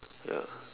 ya